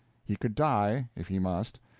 he could die, if he must,